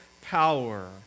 power